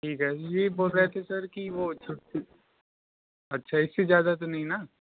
ठीक है यही बोल रहे थे सर कि वो छुट्टी अच्छा इससे ज़्यादा तो नहीं ना